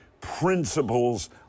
principles